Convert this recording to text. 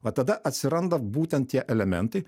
va tada atsiranda būtent tie elementai